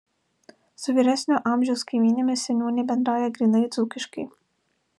su vyresnio amžiaus kaimynėmis seniūnė bendrauja grynai dzūkiškai